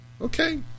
Okay